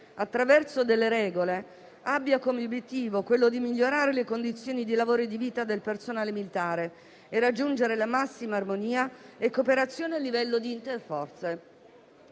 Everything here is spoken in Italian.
attraverso delle regole, abbia come obiettivo quello di migliorare le condizioni di lavoro e di vita del personale militare e raggiungere la massima armonia e cooperazione a livello di interforze.